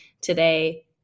today